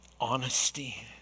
honesty